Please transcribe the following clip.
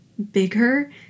bigger